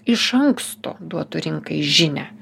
iš anksto duotų rinkai žinią